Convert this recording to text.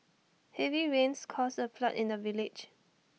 heavy rains caused A flood in the village